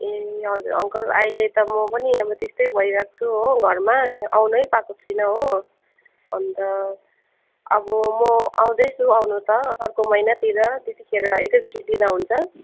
ए हजुर अङ्कल अहिले त म पनि त्यस्तै भइरहेको छु हो घरमा आउनु पाएको छुइन हो अन्त अब म आउँदैछु आउनु त अर्को महिनातिर त्यतिखेर एकैचोटि दिँदा हुन्छ